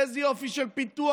איזה יופי של פיתוח.